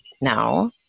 now